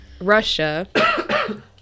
Russia